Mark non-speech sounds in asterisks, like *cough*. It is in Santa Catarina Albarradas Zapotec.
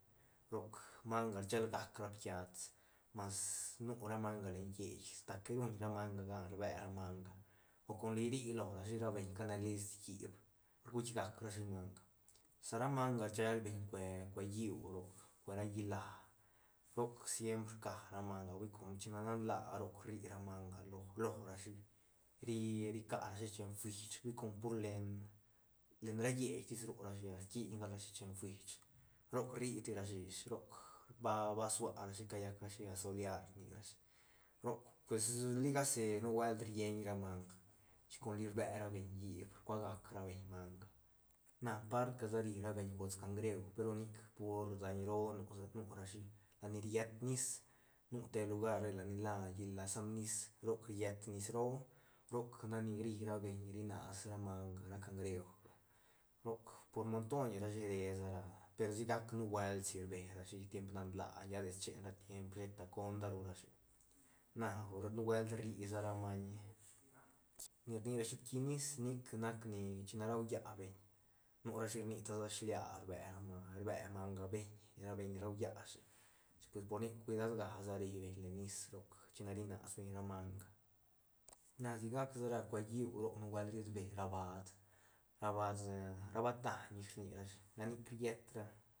Roc manga rshelgac ra piats mas nu ra manga len lleit ta que ruñ ramanga gan rbe ra manga o con rii lorashi ra beñ ca ne list hiip guitk gac rashi manga sa ra manga rselbeñ cue lliú roc cue ra lliú cuera llíla roc siempr rca ra manga hui com china nan la roc rri ra manga lo- lorashi ri ca rashi chen fuish hui pur len- len ra lleitis rurashi rquin galrashi chen fuish roc ri tirashi ish roc ba- ba suarashi callac asoliar roc pues ligasi nubuelt rieñ ra manga chic comli rbe ra beñ hiip rcua gac ra beñ manga na part gasa ri ra beñ gots can greuj pe ru nic pur daiñ nu- nu ra shi lat ni riet nis nu te lugar ni la llíla samnis rot riet nis roo, roc nac ni ri ra beñ ri nas ra manga ra can greuj roc por monton sa shi re sa ra per sigac nubuelt si rbe rashi tiemp nan laa lla de schen ra tiemp conda ru rashi na buelt rri sa ra maiñ ni rni rashi ptinis nic nac ni china ruallabeñ nurashi rni ta sa shilia rbe ra manga rbe manga ra beñ ni rau llashi chic pues por nic cuidad ga sa ribeñ nis roc chine rinasbeñ ra manga na sigac sa ra cue lliú roc nubuelt riet be ra baad ra baad *hesitation* ra baad daiñ is rnirashi ra nic riet ra.